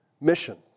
mission